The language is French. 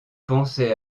pensait